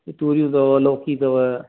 तूरियूं अथव लोकी अथव